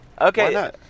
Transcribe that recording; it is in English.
Okay